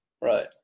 Right